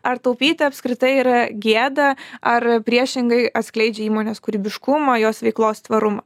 ar taupyti apskritai yra gėda ar priešingai atskleidžia įmonės kūrybiškumą jos veiklos tvarumą